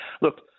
look